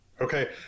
Okay